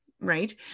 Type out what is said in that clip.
Right